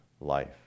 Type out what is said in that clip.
life